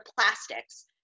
plastics